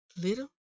little